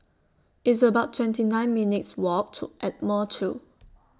It's about twenty nine minutes' Walk to Ardmore two